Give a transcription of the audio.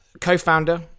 co-founder